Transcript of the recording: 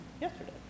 yesterday